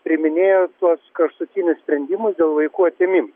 priiminėjo tuos kraštutinius sprendimus dėl vaikų atėmimo